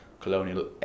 colonial